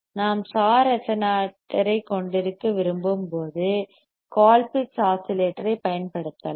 நாம் SAW ரெசனேட்டரைக் கொண்டிருக்க விரும்பும்போது கோல்பிட்ஸ் ஆஸிலேட்டரைப் பயன்படுத்தலாம்